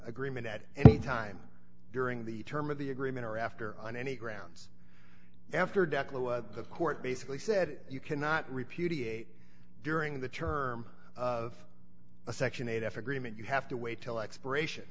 agreement at any time during the term of the agreement or after on any grounds after death the court basically said you cannot repudiate during the term of a section eight f agreement you have to wait till expiration